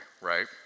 right